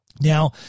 Now